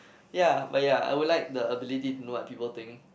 ya but ya I would like the ability to know what people think